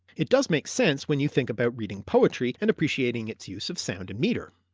it does make sense when you think about reading poetry and appreciating its use of sound and metre.